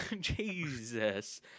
Jesus